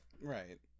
Right